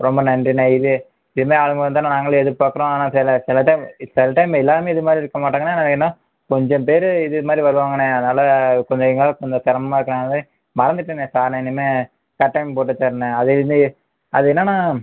ரொம்ப நன்றிண்ணே இது இது மாதிரி ஆளுங்களை தான் நாங்களும் எதிர்பாக்கிறோம் ஆனால் சில சில டைம் சில டைம் எல்லோரும் இதுமாதிரி இருக்க மாட்டாங்கண்ணே கொஞ்சோம் பேர் இதுமாதிரி வருவாங்கண்ணே அதனால் எங்களுக்கு கொஞ்சோம் சிரமமா இருக்கும் மறந்துட்டேண்ணே சாரிண்ணே இனிமே கரெக்ட் டைம் போட்டு வச்சுரண்ணே அது அது என்னனால்